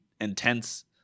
intense